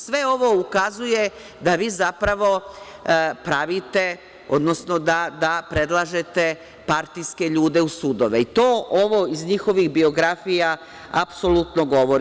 Sve ovo ukazuje da vi zapravo pravite, odnosno da predlažete partijske ljude u sudove i to ovo iz njihovih biografija apsolutno govori.